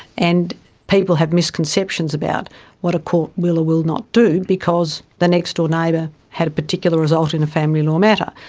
and people have misconceptions about what a court will or will not do because the next-door neighbour had a particular result in a family law matter.